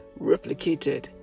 replicated